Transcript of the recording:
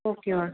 okay ओ